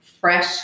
fresh